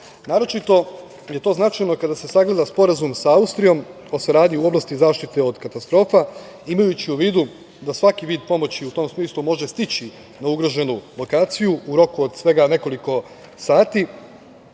potrebna. Naročito je to značajno kada se sagleda Sporazum sa Austrijom o saradnji u oblasti zaštite od katastrofa, imajući u vidu da svaki vid pomoći u tom smislu može stići na ugroženu lokaciju u roku od svega nekoliko sati,